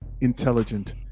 intelligent